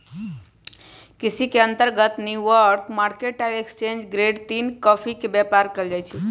केसी के अंतर्गत New York mercantile exchange grade तीन कॉफी के व्यापार कएल जाइ छइ